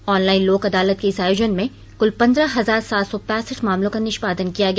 online लोक अदालत के इस अयोजन में कुल पंद्रह हजार सात सौ पैसठ मामलों का निष्पादन किया गया